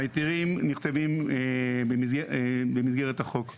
ההיתרים נחצבים במסגרת החוק,